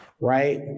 right